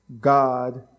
God